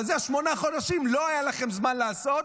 אבל את זה שמונה חודשים לא היה לכם זמן לעשות.